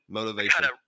motivation